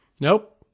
nope